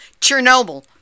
Chernobyl